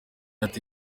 ati